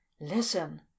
Listen